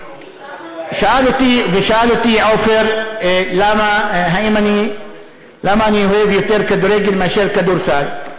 ושאל אותי עפר למה אני אוהב כדורגל יותר מאשר כדורסל.